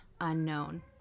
unknown